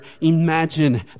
imagine